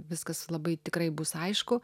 viskas labai tikrai bus aišku